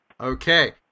Okay